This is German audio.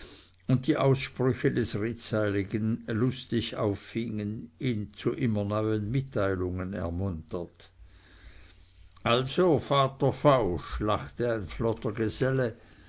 und die aussprüche des redseligen lustig auffingen ihn zu immer neuen mitteilungen ermunternd also vater fausch lachte ein flotter geselle